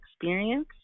experience